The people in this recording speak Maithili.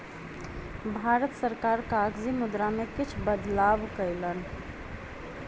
भारत सरकार कागजी मुद्रा में किछ बदलाव कयलक